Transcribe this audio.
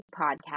podcast